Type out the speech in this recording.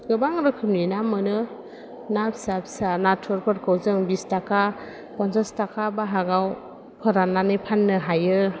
गोबां रोखोमनि ना मोनो ना फिसा फिसा नाथुरफोरखौ जों बिस थाखा पनसास थाखा बाहागाव फोरान्नानै फान्नो हायो